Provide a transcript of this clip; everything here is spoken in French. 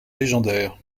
légendaire